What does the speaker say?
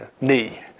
knee